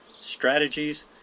strategies